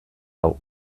hau